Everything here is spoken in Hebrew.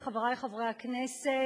חברי חברי הכנסת,